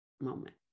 moment